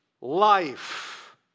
life